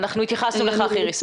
אנחנו התייחסנו לכך, איריס.